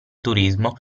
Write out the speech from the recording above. turismo